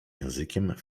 językiem